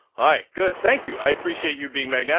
hi good thank you i appreciate you being made yeah